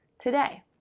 today